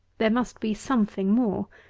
there must be something more.